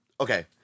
Okay